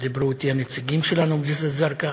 ודיברו אתי הנציגים שלנו בג'סר-א-זרקא,